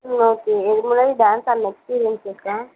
ம் ஓகே இதுக்கு முன்னாடி டான்ஸு ஆடின எக்ஸ்பீரியன்ஸ் இருக்கா